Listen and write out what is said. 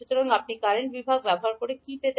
সুতরাং আপনি কারেন্ট বিভাগ ব্যবহার করে কি পেতে